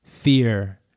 fear